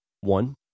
One